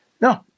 No